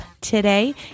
today